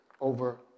over